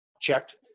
checked